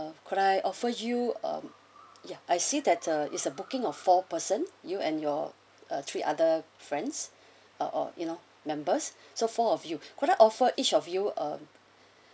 ah could I offer you um yeah I see that uh is a booking of four person you and your uh three other friends ah or you know members so four of you could I offer each of you uh